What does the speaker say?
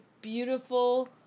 beautiful